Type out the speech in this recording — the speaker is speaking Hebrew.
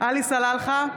עלי סלאלחה,